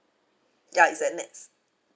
ya it's at nex